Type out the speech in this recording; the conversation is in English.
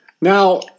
Now